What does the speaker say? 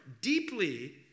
deeply